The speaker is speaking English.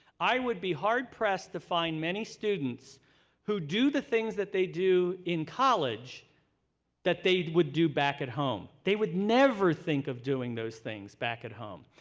i would be hard pressed to find many students who do the things that they do in college that they would do back at home. they would never think of doing those things back at home.